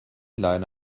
leine